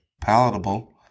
palatable